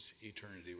eternity